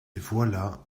voilà